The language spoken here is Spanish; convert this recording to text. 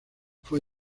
fue